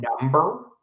number